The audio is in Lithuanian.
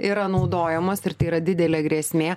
yra naudojamos ir tai yra didelė grėsmė